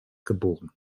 geboren